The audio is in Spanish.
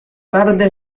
tarde